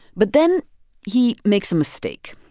but then he makes a mistake.